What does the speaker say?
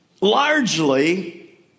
largely